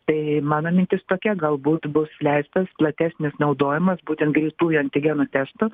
tai mano mintis tokia galbūt bus leistas platesnis naudojimas būtent greitųjų antigenų testų